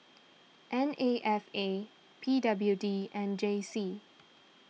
N A F A P W D and J C